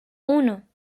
uno